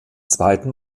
zweiten